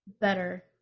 better